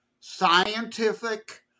scientific